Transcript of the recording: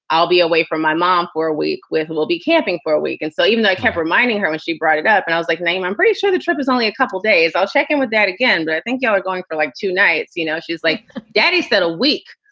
i'll be away from my mom for a week. we we'll be camping for a week. and so even though i kept reminding her when she brought it up and i was like, name, i'm pretty sure the trip was only a couple days. i'll check in with that again. but i think you're going for like two nights. you know, she's like daddy said a week,